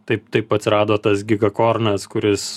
taip taip atsirado tas gikakornas kuris